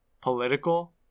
political